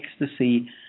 ecstasy